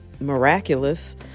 miraculous